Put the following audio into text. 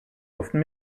often